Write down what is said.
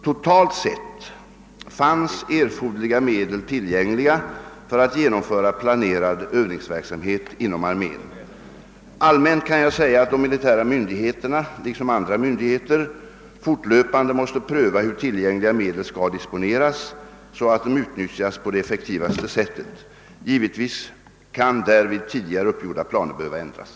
Totalt sett fanns erforderliga medel tillgängliga för att genomföra planerad övningsverksamhet inom armén. Allmänt kan jag säga att de militära myndigheterna, liksom andra myndigheter, fortlöpande måste pröva hur tillgängliga medel skall disponeras så, att de utnyttjas på det effektivaste sättet. Givetvis kan därvid tidigare uppgjorda planer behöva ändras.